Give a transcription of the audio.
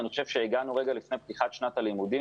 אני חושב שהגענו רגע לפני פתיחת שנת הלימודים,